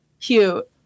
cute